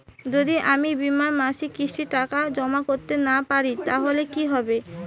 যদি আমি বীমার মাসিক কিস্তির টাকা জমা করতে না পারি তাহলে কি হবে?